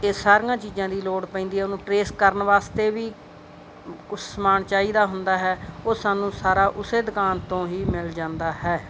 ਇਹ ਸਾਰੀਆਂ ਚੀਜ਼ਾਂ ਦੀ ਲੋੜ ਪੈਂਦੀ ਹੈ ਉਹਨੂੰ ਟਰੇਸ ਕਰਨ ਵਾਸਤੇ ਵੀ ਕੁਛ ਸਮਾਨ ਚਾਹੀਦਾ ਹੁੰਦਾ ਹੈ ਉਹ ਸਾਨੂੰ ਸਾਰਾ ਉਸੇ ਦੁਕਾਨ ਤੋਂ ਹੀ ਮਿਲ ਜਾਂਦਾ ਹੈ